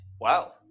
Wow